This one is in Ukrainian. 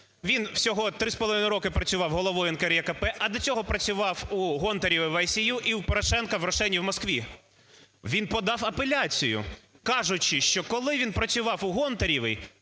Він всього 3,5 роки працював головою НКРЕКП, а до цього працював у Гонтаревої в IСU і у Порошенка в "Рошені" в Москві. Він подав апеляцію, кажучи, що, коли він працював у Гонтаревої